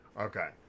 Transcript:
Okay